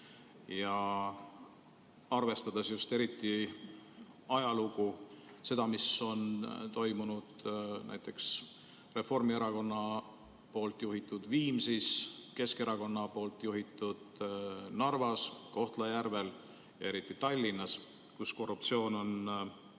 arvestades just ajalugu – seda, mis on toimunud näiteks Reformierakonna juhitud Viimsis, Keskerakonna juhitud Narvas, Kohtla-Järvel ja eriti Tallinnas, kus korruptsioon on lausa